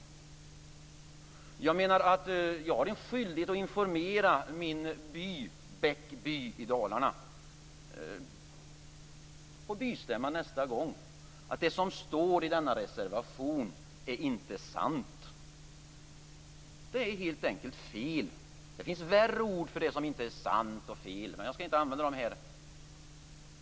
Jag menar att jag har en skyldighet att på nästa bystämma i Bäckby i Dalarna informera om att det som står i denna reservation inte är sant. Det är helt enkelt fel. Det finns värre ord för det som inte är sant och det som är fel. Men jag skall inte använda dem här.